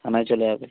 থানায় চলে যাবে